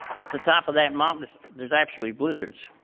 at the top of that mountain there's actually blizzards.